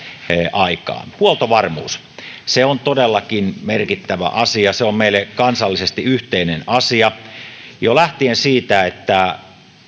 aikaan huoltovarmuus on todellakin merkittävä asia se on meille kansallisesti yhteinen asia jo lähtien siitä että